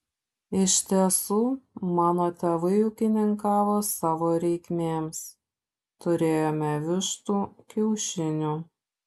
iš tiesų mano tėvai ūkininkavo savo reikmėms turėjome vištų kiaušinių